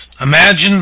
imagine